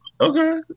Okay